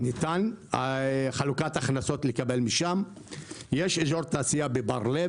שצריך לראות בתוך התוכנית הזאת איך משלבים גם את תושבי הנגב